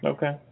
Okay